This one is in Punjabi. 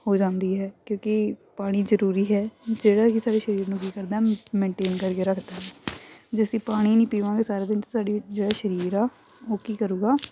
ਹੋ ਜਾਂਦੀ ਹੈ ਕਿਉਂਕਿ ਪਾਣੀ ਜ਼ਰੂਰੀ ਹੈ ਜਿਹੜਾ ਕਿ ਸਾਡੇ ਸਰੀਰ ਨੂੰ ਕੀ ਕਰਦਾ ਮੈਨਟੇਨ ਕਰਕੇ ਰੱਖਦਾ ਜੇ ਅਸੀਂ ਪਾਣੀ ਨਹੀਂ ਪੀਵਾਂਗੇ ਸਾਰਾ ਦਿਨ ਤਾਂ ਸਾਡੀ ਜਿਹੜਾ ਸਰੀਰ ਆ ਉਹ ਕੀ ਕਰੂਗਾ